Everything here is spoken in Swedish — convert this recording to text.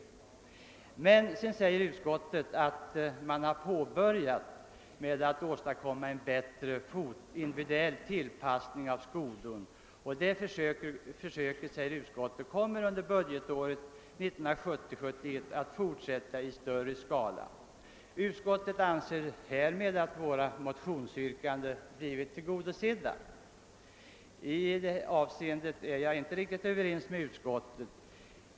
Därefter framhåller emellertid utskottet att man nu börjat arbeta på att åstadkomma en bättre individuell tillpassning av skodon, en försöksverksamhet som kommer att fortsätta. i större skala under budgetåret 1970/71. Utskottet anser att våra motionsyrkanden härmed blivit tillgodosedda. I .detta avseende är jag inte överens nied utskottet.